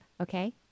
okay